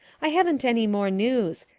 i haven't any more news.